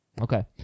Okay